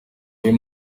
uyu